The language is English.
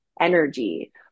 energy